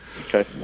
Okay